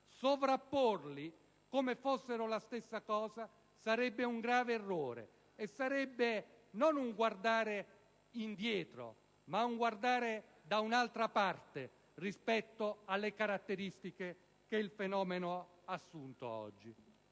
Sovrapporli come fossero la stessa cosa sarebbe un grave errore: non un guardare indietro, ma un guardare da un'altra parte rispetto alle caratteristiche che il fenomeno ha assunto oggi.